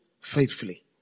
faithfully